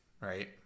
right